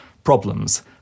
problems